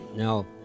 Now